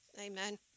Amen